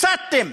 הסתתם,